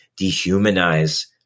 dehumanize